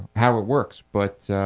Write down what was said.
para works but